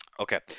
Okay